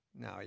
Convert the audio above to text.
No